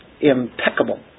Impeccable